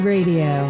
Radio